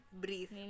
Breathe